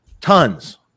tons